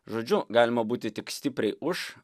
žodžiu galima būti tik stipriai už